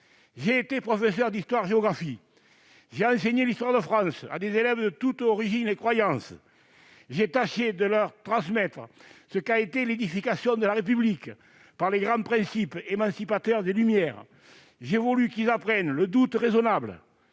J'ai été professeur d'histoire-géographie. J'ai enseigné l'histoire de France à des élèves de toutes origines et de toutes croyances. J'ai tâché de leur transmettre ce qu'a été l'édification de la République par les grands principes émancipateurs des Lumières. J'ai voulu qu'ils apprennent le doute raisonnable,